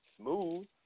smooth